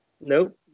Nope